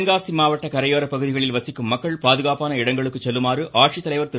தென்காசி மாவட்ட கரையோர பகுதிகளில் வசிக்கும் மக்கள் பாதுகாப்பான இடங்களுக்கு செல்லுமாறு ஆட்சித்தலைவர் திரு